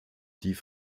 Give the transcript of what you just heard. die